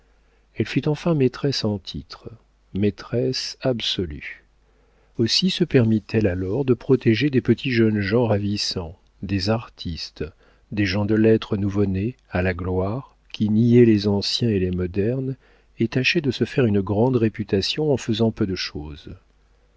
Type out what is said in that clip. elle fut enfin maîtresse en titre maîtresse absolue aussi se permit elle alors de protéger de petits jeunes gens ravissants des artistes des gens de lettres nouveau-nés à la gloire qui niaient les anciens et les modernes et tâchaient de se faire une grande réputation en faisant peu de chose